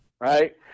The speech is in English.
right